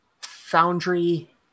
Foundry